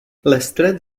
lestred